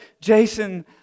Jason